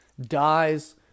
dies